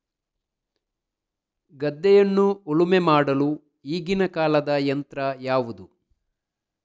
ಗದ್ದೆಯನ್ನು ಉಳುಮೆ ಮಾಡಲು ಈಗಿನ ಕಾಲದ ಯಂತ್ರ ಯಾವುದು?